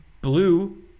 blue